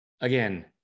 again